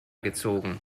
gezogen